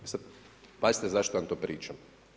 I sad pazite zašto vam to pričam.